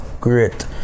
great